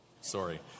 Sorry